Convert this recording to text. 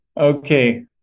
okay